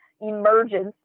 emergence